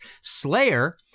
Slayer